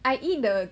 I eat the